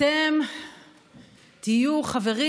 אתם תהיו חברים